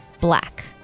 black